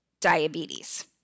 diabetes